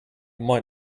might